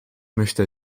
möchte